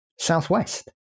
southwest